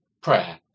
prayer